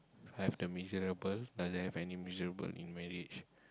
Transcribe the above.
I have the miserable doesn't have any miserable in marriage